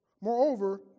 moreover